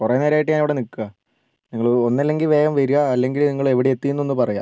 കുറേ നേരമായിട്ട് ഞാനിവിടെ നിൽക്കുവാണ് നിങ്ങൾ ഒന്നില്ലെങ്കിൽ വേഗം വരുക അല്ലെങ്കിൽ നിങ്ങൾ എവിടെ എത്തി എന്ന് ഒന്ന് പറയുക